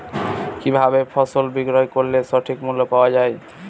কি ভাবে ফসল বিক্রয় করলে সঠিক মূল্য পাওয়া য়ায়?